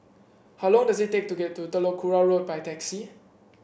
how long does it take to get to Telok Kurau Road by taxi